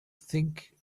think